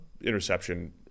interception